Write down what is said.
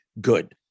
good